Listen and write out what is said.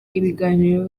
ibiganiro